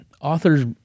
Authors